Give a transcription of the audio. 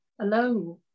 alone